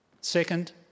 Second